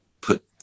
put